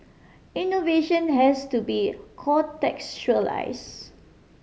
innovation has to be contextualise